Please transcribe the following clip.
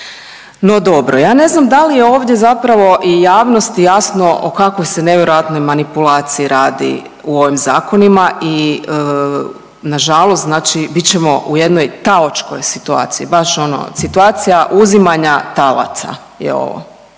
No, dobro. Ja ne znam da li je ovdje zapravo i javnosti jasno o kakvoj se nevjerojatnoj manipulaciji radi u ovim zakonima i nažalost znači bit ćemo u jednoj taočkoj situaciji, baš ono situacija uzimanja talaca je ovo